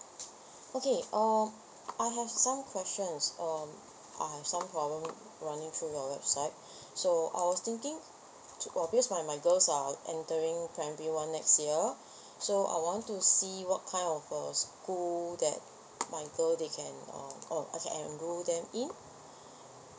okay uh I have some questions um I have some runner runner through your website so I was thinking because my my girls are entering primary one next year so I want to see what kind of uh school that my girl they can uh or I can enroll them in